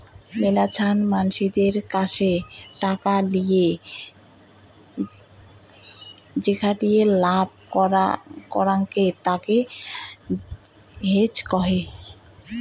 মেলাছান মানসিদের কাসে টাকা লিয়ে যেখাটিয়ে লাভ করাঙকে তাকে হেজ কহে